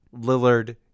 Lillard